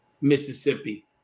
Mississippi